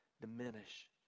diminish